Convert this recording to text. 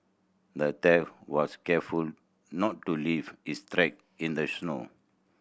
the thief was careful not to leave his track in the snow